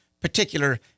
particular